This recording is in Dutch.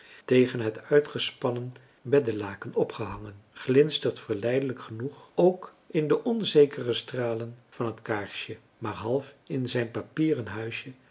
tegen het uitgespannen beddelaken opgehangen glinstert verleidelijk genoeg ook in de onzekere stralen van het kaarsje maar half in zijn papieren huisje